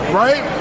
right